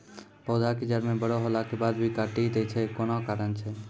पौधा के जड़ म बड़ो होला के बाद भी काटी दै छै कोन कारण छै?